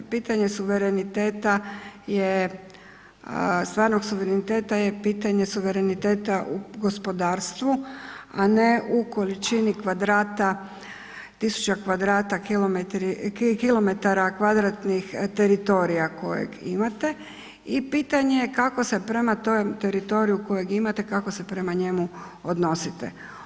Pitanje suvereniteta je stvarnog suvereniteta je pitanje suvereniteta u gospodarstvu, a ne u količini kvadrata, tisuća kvadrata km2 teritorija kojeg imate i pitanje je kako se prema tom teritoriju kojeg imate, kako se prema njemu odnosite.